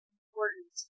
important